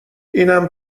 اینم